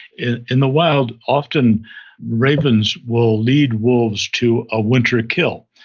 in in the wild often ravens will lead wolves to a winter kill.